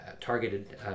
targeted